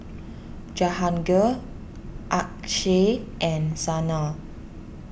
Jahangir Akshay and Sanal